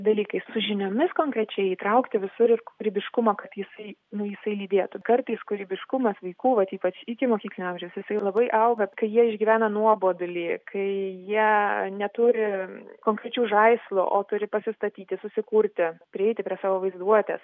dalykais su žiniomis konkrečiai įtraukti visur ir kūrybiškumą kad jisai nu jisai lydėtų kartais kūrybiškumas vaikų vat ypač ikimokyklinio amžiaus jisai labai augant kai jie išgyvena nuobodulį kai jie neturi konkrečių žaislų o turi pasistatyti susikurti prieiti prie savo vaizduotės